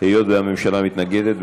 היות שהממשלה מתנגדת.